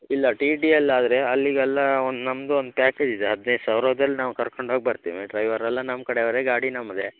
ಇಲ್ಲ ಟಿ ಟಿಯಲ್ಲಿ ಆದರೆ ಅಲ್ಲಿಗೆಲ್ಲ ಒಂದು ನಮ್ಮದು ಒಂದು ಪ್ಯಾಕೇಜ್ ಇದೆ ಹದಿನೈದು ಸಾವಿರದಲ್ಲಿ ನಾವು ಕರ್ಕಂಡು ಹೋಗಿ ಬರ್ತೀವಿ ಡ್ರೈವರೆಲ್ಲ ನಮ್ಮ ಕಡೆ ಅವರೆ ಗಾಡಿ ನಮ್ಮದೆ